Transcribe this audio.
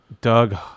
Doug